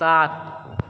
सात